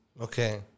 Okay